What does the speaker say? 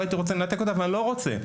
ואני לא רוצה.